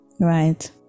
Right